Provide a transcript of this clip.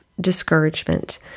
discouragement